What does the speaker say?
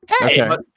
Hey